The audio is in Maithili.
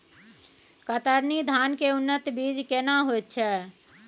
कतरनी धान के उन्नत बीज केना होयत छै?